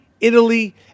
Italy